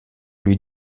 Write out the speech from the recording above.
lui